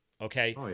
Okay